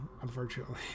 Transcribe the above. unfortunately